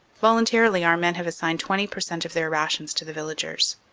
voluntarily our men have assigned twenty per cent, of their rations to the villagers.